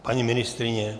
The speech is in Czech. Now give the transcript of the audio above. Paní ministryně?